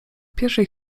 pierwszej